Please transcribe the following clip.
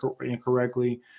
incorrectly